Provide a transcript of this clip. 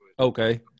Okay